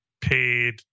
paid